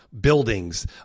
buildings